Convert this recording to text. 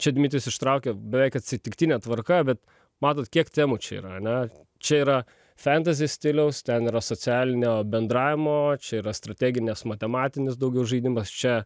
čia dmitrijus ištraukė beveik atsitiktine tvarka bet matot kiek temų čia yra ane čia yra fentazi stiliaus ten yra socialinio bendravimo čia yra strateginės matematinis daugiau žaidimas čia